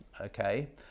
okay